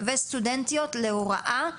וסטודנטיות להוראה,